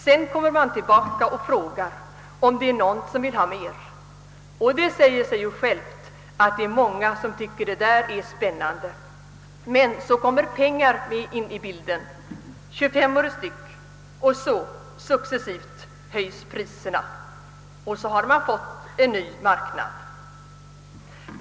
Sedan kommer man tillbaka och frågar om det är någon som vill ha mer. Och det säger sig självt att många tycker att det där är spännande. Men så kommer pengar in i bilden, 25 öre per styck. Och så, successivt, höjs priserna. Och så har man fått en ny marknad.